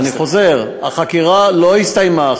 אז אני חוזר: החקירה לא הסתיימה,